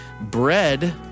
Bread